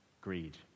greed